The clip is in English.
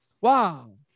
Wow